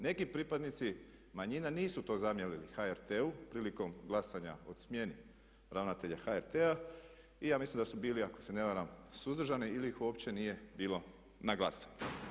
Neki pripadnici manjina nisu to zamjerili HRT-u prilikom glasanja o smjeni ravnatelja HRT-a i ja mislim da su bili ako se ne varam suzdržani ili ih uopće nije bilo na glasanju.